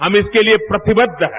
हम इसके लिए प्रतिबद्ध है